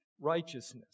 righteousness